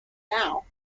now